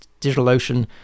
DigitalOcean